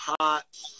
hot